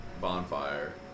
bonfire